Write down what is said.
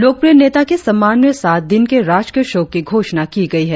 लोकप्रिय नेता के सम्मान में सात दिन के राजकीय शोक की घोषणा की गई है